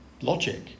logic